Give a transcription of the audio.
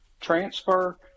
Transfer